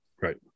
Right